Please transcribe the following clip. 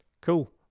Cool